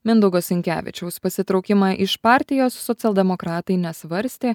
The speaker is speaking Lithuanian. mindaugo sinkevičiaus pasitraukimą iš partijos socialdemokratai nesvarstė